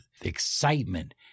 excitement